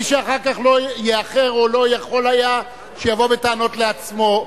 מי שיאחר, או לא יכול היה, שיבוא בטענות לעצמו.